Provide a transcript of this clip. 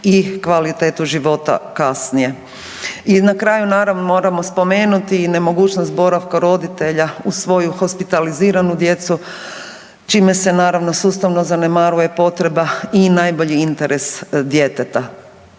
i kvalitetu života kasnije. I na kraju naravno moramo spomenuti i nemogućnost boravka roditelja uz svoju hospitaliziranu djecu čime se naravno sustavno zanemaruje potreba i najbolji interes djeteta